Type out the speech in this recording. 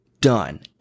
done